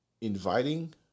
inviting